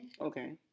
Okay